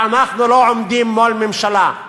ואנחנו לא עומדים מול ממשלה,